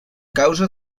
causa